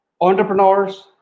entrepreneurs